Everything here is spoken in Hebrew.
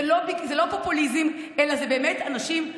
זה לא פופוליזם אלא זה באמת אנשים,